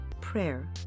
Prayer